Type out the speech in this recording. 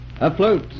Afloat